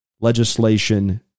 legislation